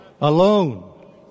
Alone